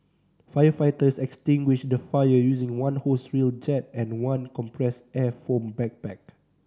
firefighters extinguished the fire using one hose reel jet and one compressed air foam backpack